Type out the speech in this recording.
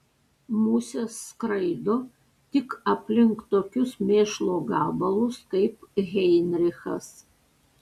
musės skraido tik aplink tokius mėšlo gabalus kaip heinrichas